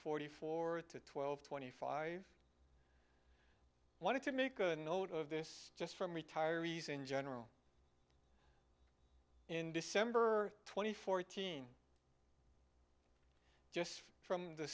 forty four to twelve twenty five wanted to make good note of this just from retirees in general in december twenty fourth teen just from the